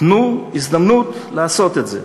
תנו הזדמנות לעשות את זה.